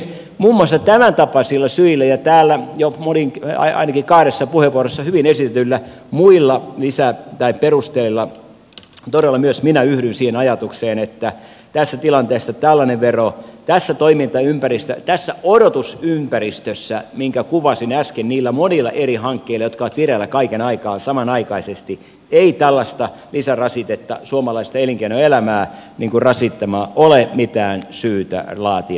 muun muassa tämän tapaisilla syillä ja täällä jo ainakin kahdessa puheenvuorossa hyvin esitetyillä muilla perusteilla todella myös minä yhdyn siihen ajatukseen että tässä tilanteessa tässä toimintaympäristössä tässä odotusympäristössä minkä kuvasin äsken niillä monilla eri hankkeilla jotka ovat vireillä kaiken aikaa samanaikaisesti ei tällaista veroa tällaista lisärasitetta suomalaista elinkeinoelämää rasittamaan ole mitään syytä laatia